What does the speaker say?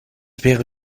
wäre